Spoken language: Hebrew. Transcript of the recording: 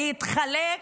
להתחלק,